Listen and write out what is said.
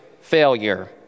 failure